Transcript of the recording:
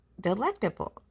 Delectable